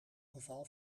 geval